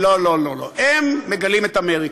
לא, לא, הן מגלות את אמריקה,